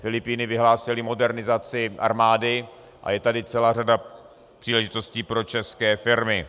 Filipíny vyhlásily modernizaci armády a je tady celá řada příležitostí pro české firmy.